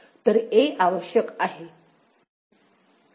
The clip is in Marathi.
तर a आवश्यक आहे